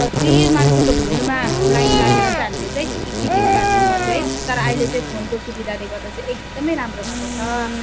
कति मान्छेको भिडमा लाइन लागेर चाहिँ हामीले चाहिँ टिकट काट्नु पर्थ्यो है तर अहिले चाहिँ फोनको सुविधाले गर्दा चाहिँ एकदमै राम्रो भएको छ